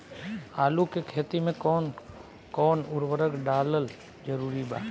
आलू के खेती मे कौन कौन उर्वरक डालल जरूरी बा?